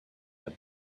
that